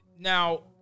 Now